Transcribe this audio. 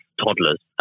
toddlers